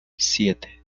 siete